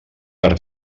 per